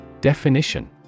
Definition